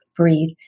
breathe